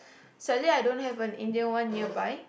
sadly I don't have an Indian one near by